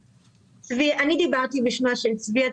אני דיברתי בשמה של צביה.